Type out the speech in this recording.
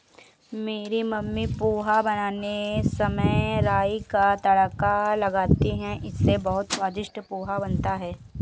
मेरी मम्मी पोहा बनाते समय राई का तड़का लगाती हैं इससे बहुत ही स्वादिष्ट पोहा बनता है